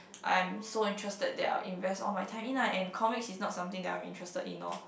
I am so interested that I would invest all my time in ah and comics is not something that I'm interested in orh